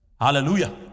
Hallelujah